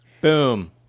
Boom